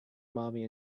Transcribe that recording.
mommy